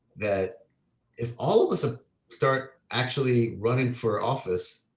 that if all of us ah start actually running for office